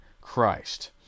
Christ